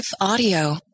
audio